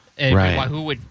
Right